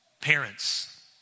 Parents